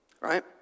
right